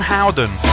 Howden